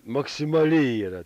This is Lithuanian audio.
maksimali yra